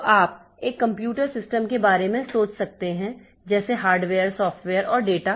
तो आप एक कंप्यूटर सिस्टम के बारे में सोच सकते हैं जैसे हार्डवेयर सॉफ्टवेयर और डेटा